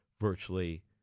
virtually